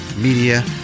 Media